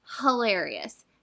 hilarious